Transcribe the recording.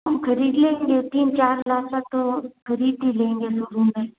हम खरीद लेंगे तीन चार लाख का तो खरीद ही लेंगे जो भी हैं